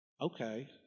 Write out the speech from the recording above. okay